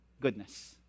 goodness